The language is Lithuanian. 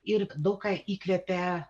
ir daug ką įkvepia